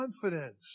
confidence